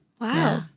Wow